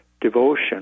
devotion